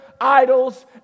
idols